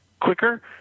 quicker